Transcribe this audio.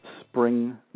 spring